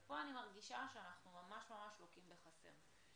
אני מרגישה שפה אנחנו ממש-ממש לוקים בחסר.